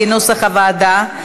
כנוסח הוועדה,